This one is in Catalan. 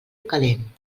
calent